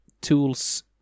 tools